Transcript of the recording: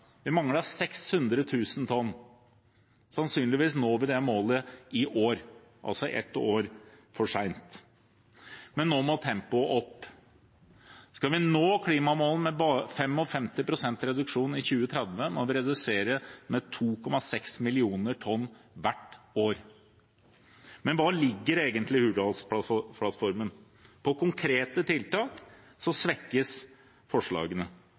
Vi manglet 600 000 tonn. Sannsynligvis når vi det målet i år, altså ett år for sent. Men nå må tempoet opp. Skal vi nå klimamålene med 55 pst. reduksjon i 2030, må vi redusere med 2,6 millioner tonn hvert år. Men hva ligger egentlig i Hurdalsplattformen? På konkrete tiltak svekkes forslagene.